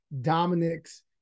Dominic's